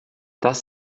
das